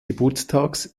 geburtstags